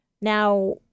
now